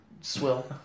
swill